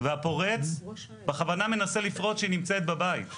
יו"ר ועדת ביטחון